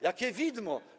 Jakie widmo?